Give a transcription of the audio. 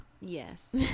Yes